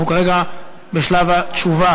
אנחנו כרגע בשלב התשובה